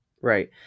Right